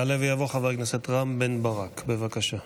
יעלה ויבוא חבר הכנסת רם בן ברק, בבקשה.